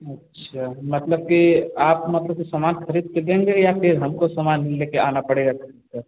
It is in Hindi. अच्छा मतलब कि आप मतलब कि समान खरीद कर देंगे या फिर हमको समान ले कर आना पड़ेगा खरीदकर